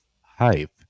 Hype